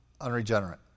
unregenerate